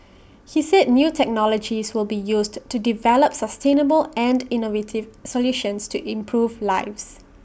he said new technologies will be used to develop sustainable and innovative solutions to improve lives